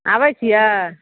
आबै छियै